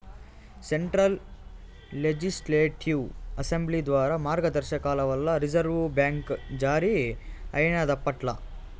central legislative assembly ద్వారా మార్గదర్శకాల వల్ల రిజర్వు బ్యాంక్ జారీ అయినాదప్పట్ల